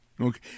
Okay